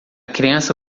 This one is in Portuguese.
criança